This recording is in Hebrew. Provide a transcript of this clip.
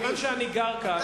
מכיוון שאני גר כאן,